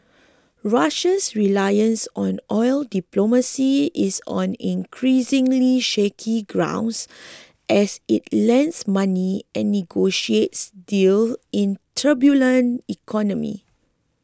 Russia's reliance on oil diplomacy is on increasingly shaky grounds as it lends money and negotiates deal in turbulent economy